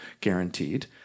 guaranteed